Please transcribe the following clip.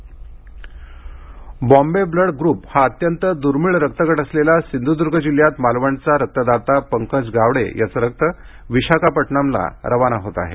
Bombay blood Sindhudurg Bombay blood group हा अत्यंत दुर्मिळ रक्तगट असलेला सिंधुदुर्ग जिल्ह्यात मालवणचा रक्तदाता पंकज गावडे याच रक्त विशाखापट्टणमला रवाना होत आहे